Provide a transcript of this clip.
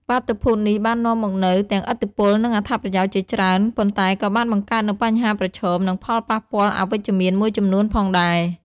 បាតុភូតនេះបាននាំមកនូវទាំងឥទ្ធិពល និងអត្ថប្រយោជន៍ជាច្រើន ប៉ុន្តែក៏បានបង្កើតនូវបញ្ហាប្រឈម និងផលប៉ះពាល់អវិជ្ជមានមួយចំនួនផងដែរ។